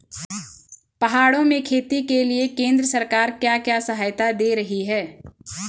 पहाड़ों में खेती के लिए केंद्र सरकार क्या क्या सहायता दें रही है?